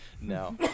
no